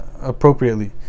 appropriately